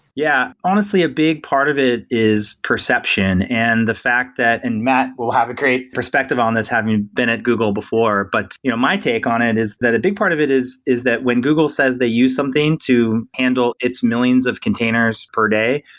yeah, honestly a big part of it is perception and the fact that, and matt will have a great perspective on this having been at google before, but you know my take on it is that a big part of it is is that when google says they use something to handle its millions of containers per day,